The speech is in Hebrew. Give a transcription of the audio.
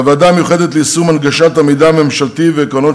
בוועדה המיוחדת ליישום הנגשת המידע הממשלתי ועקרונות